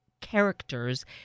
characters